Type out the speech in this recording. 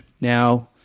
Now